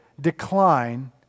decline